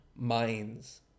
Minds